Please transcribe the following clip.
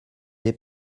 des